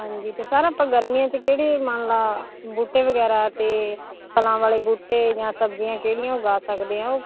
ਹਾਂਜੀ ਅਤੇ ਸਰ ਆਪਾਂ ਗਰਮੀਆਂ 'ਚ ਕਿਹੜੇ ਮੰਨ ਲਓ ਬੂਟੇ ਵਗੈਰਾ ਅਤੇ ਫਲਾਂ ਵਾਲੇ ਬੂਟੇ ਜਾਂ ਸਬਜ਼ੀਆਂ ਕਿਹੜੀਆਂ ਉਗਾ ਸਕਦੇ ਹਾਂ ਉਹ